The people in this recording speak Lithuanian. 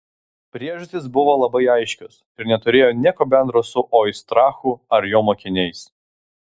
priežastys buvo labai aiškios ir neturėjo nieko bendro su oistrachu ar jo mokiniais